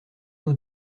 nos